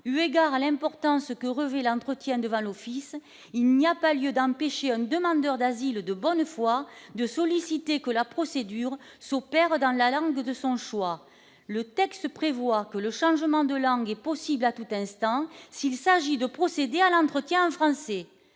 Eu égard à l'importance que revêt l'entretien devant l'Office, il n'y a pas lieu d'empêcher un demandeur d'asile de bonne foi de solliciter que la procédure s'opère dans la langue de son choix. Le texte prévoit que le changement de langue est possible à tout instant s'il s'agit de procéder à l'entretien en français.